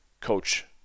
coach